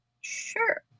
Sure